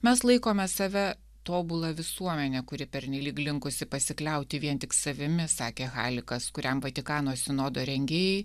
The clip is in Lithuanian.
mes laikome save tobula visuomenė kuri pernelyg linkusi pasikliauti vien tik savimi sakė halikas kuriam vatikano sinodo rengėjai